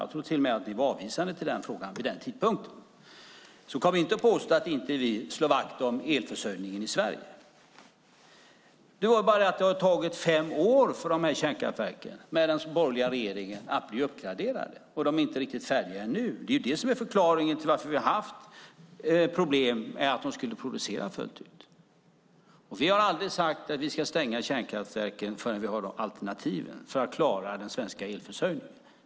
Jag tror till och med att vi var avvisande till frågan vid den tidpunkten. Kom inte och påstå att vi inte slår vakt om elförsörjningen i Sverige. Det har nu tagit fem år, under den borgerliga regeringen, att få kärnkraftverken uppgraderade. De är inte riktigt färdiga än. Det är det som är förklaringen till varför det har varit problem med produktionen hos kärnkraftverken. Vi har sagt att vi inte ska stänga kärnkraftverken förrän det finns alternativ för att klara den svenska elförsörjningen.